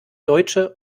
deutsche